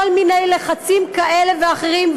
כל מיני לחצים כאלה ואחרים.